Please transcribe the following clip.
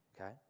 Okay